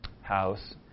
house